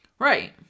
right